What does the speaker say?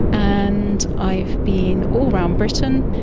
and i've been all around britain,